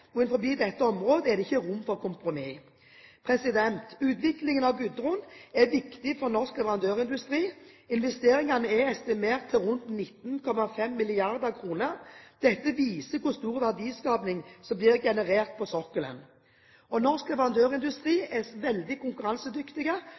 dette området er det ikke rom for kompromiss. Utviklingen av Gudrun er viktig for norsk leverandørindustri. Investeringene er estimert til rundt 19,5 mrd. kr. Dette viser hvor stor verdiskaping som blir generert på sokkelen. Norsk leverandørindustri